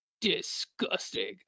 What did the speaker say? disgusting